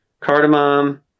cardamom